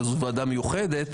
וזו ועדה מיוחדת,